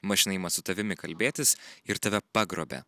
mašina ima su tavimi kalbėtis ir tave pagrobia